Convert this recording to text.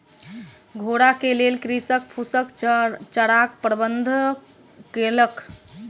घोड़ा के लेल कृषक फूसक चाराक प्रबंध केलक